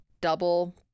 double